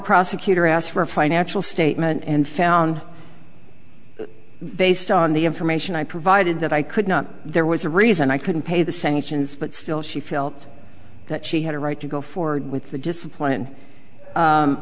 prosecutor asked for a financial statement and found based on the information i provided that i could not there was a reason i couldn't pay the sanctions but still she felt that she had a right to go forward with the discipline